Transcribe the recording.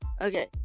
Okay